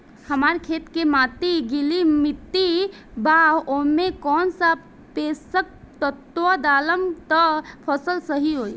हमार खेत के माटी गीली मिट्टी बा ओमे कौन सा पोशक तत्व डालम त फसल सही होई?